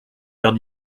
faire